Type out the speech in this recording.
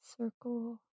circle